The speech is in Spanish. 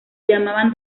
llamaban